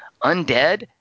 Undead